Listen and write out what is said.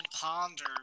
Ponder